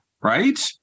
right